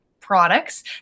products